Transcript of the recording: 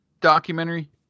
documentary